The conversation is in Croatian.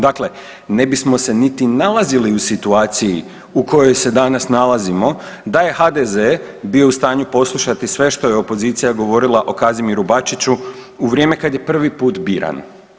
Dakle, ne bismo se niti nalazili u situaciji u kojoj se danas nalazimo da je HDZ bio u stanju poslušati sve što je opozicija govorila o Kazimiru Bačiću u vrijeme kad je prvi put biran.